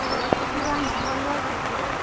বৃহস্পতিবার মঙ্গলবার শুক্রবার